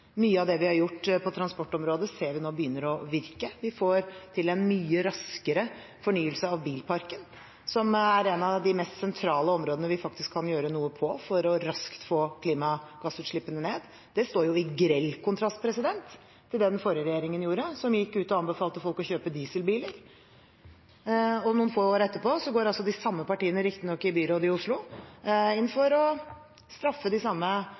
Mye av det vi har gjort på transportområdet, ser vi nå begynner å virke. Vi får til en mye raskere fornyelse av bilparken, som er et av de mest sentrale områdene vi faktisk kan gjøre noe på for raskt å få klimagassutslippene ned. Det står jo i grell kontrast til det den forrige regjeringen gjorde, som gikk ut og anbefalte folk å kjøpe dieselbiler. Noen få år etterpå går altså de samme partiene, riktignok i byrådet i Oslo, inn for å straffe de samme